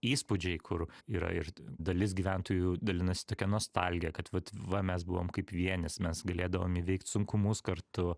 įspūdžiai kur yra ir dalis gyventojų dalinosi tokia nostalgija kad vat va mes buvom kaip vienis mes galėdavom įveikt sunkumus kartu